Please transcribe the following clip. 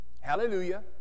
Hallelujah